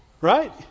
Right